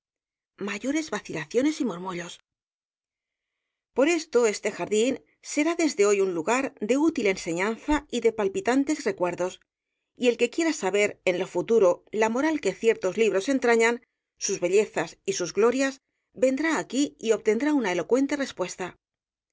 copa cuyo licor rebosa mayores vacilaciones y murmullos por eso este jardín será desdé hoy un lugar de útil enseñanza y de palpitantes recuerdos y el que quiera saber en lo futuro la moral que ciertos libros entrañaban sus bellezas y sus glorias vendrá aquí y obtendrá una elocuente respuesta